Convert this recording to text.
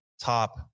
top